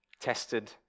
Tested